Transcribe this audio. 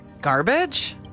Garbage